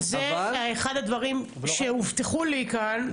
אז זה אחד הדברים שהובטחו לי כאן,